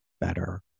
better